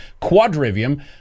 quadrivium